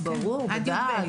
ברור, ודאי.